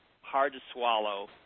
hard-to-swallow